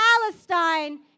Palestine